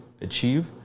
achieve